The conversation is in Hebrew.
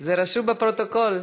זה רשום בפרוטוקול.